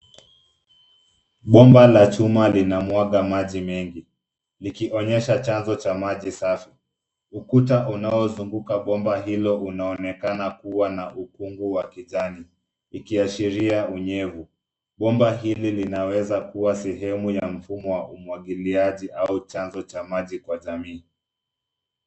Bomba la chuma linamwaga maji mengi, likionyesha chanzo cha maji safi. Ukuta unaozunguka bomba hilo unaonekana kuwa na ukungu wa kijani, ikiashiria unyevu. Bomba hili linaweza kuwa sehemu ya mfumo wa umwagiliaji au chanzo cha maji kwa jamii.